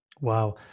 Wow